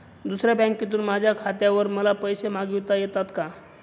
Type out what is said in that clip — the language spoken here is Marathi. दुसऱ्या बँकेतून माझ्या खात्यावर मला पैसे मागविता येतात का?